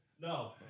No